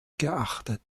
geachtet